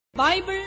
Bible